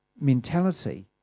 mentality